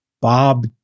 Bob